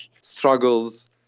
struggles